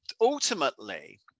ultimately